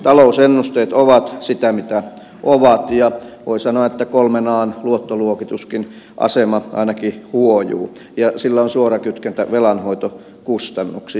talousennusteet ovat sitä mitä ovat ja voi sanoa että kolmen an luottoluokituksenkin asema ainakin huojuu ja sillä on suora kytkentä velanhoitokustannuksiin